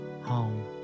home